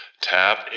Tap